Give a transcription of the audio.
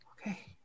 Okay